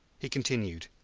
he continued,